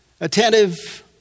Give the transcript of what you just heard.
attentive